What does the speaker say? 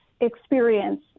experience